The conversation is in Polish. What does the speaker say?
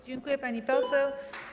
Dziękuję, pani poseł.